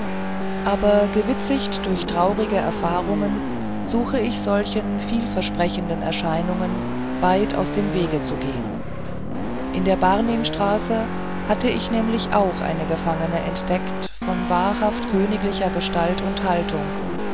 aber gewitzigt durch traurige erfahrungen suche ich solchen vielversprechenden erscheinungen weit aus dem wege zu gehen in der barnimstraße hatte ich nämlich auch eine gefangene entdeckt von wahrhaft königlicher gestalt und haltung